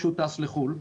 כשהוא טס לחו"ל,